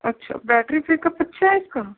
اچھا battery pick up اچھا ہے اِس کا